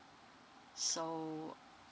so